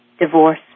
divorce